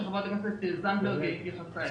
שחברת הכנסת זנדברג התייחסה אליה.